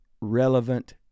relevant